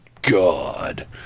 God